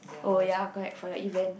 oh ya right for that events